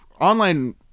online